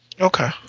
Okay